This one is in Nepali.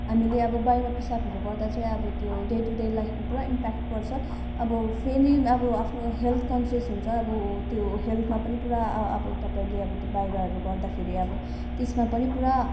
हामीले अब बाहिर पिसाबहरू गर्दा चाहिँ अब त्यो डे टु डे लाइफमा पुरा इम्प्याक्ट पर्छ अब फेरि अब आफ्नो हेल्थ कन्सियस हुन्छ अब त्यो हेल्थमा पनि पुरा अब तपाईँले बाहिरहरू गर्दाखेरि अब त्यसमा पनि पुरा